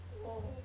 oh